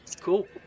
Cool